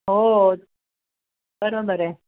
हो बरोबर आहे